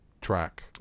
track